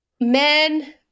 men